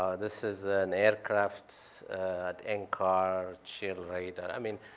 this is an aircraft and car chill rate. and i mean,